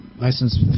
license